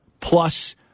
plus